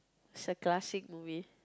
is a classic movie